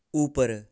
ऊपर